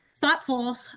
thoughtful